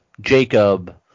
jacob